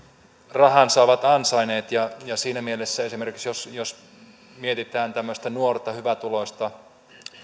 rahansa ovat ansainneet ja siinä mielessä jos jos esimerkiksi mietitään nuorta hyvätuloista